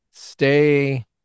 Stay